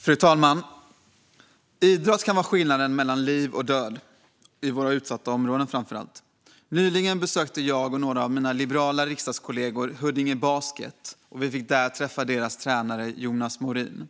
Fru talman! Idrott kan vara skillnaden mellan liv och död, framför allt i våra utsatta områden. Nyligen besökte jag och några av mina liberala riksdagskollegor Huddinge Basket. Vi fick där träffa deras tränare Jonas Morin.